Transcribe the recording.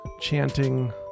chanting